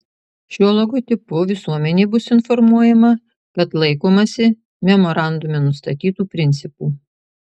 šiuo logotipu visuomenė bus informuojama kad laikomasi memorandume nustatytų principų